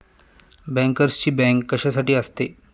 बँकर्सची बँक कशासाठी असते?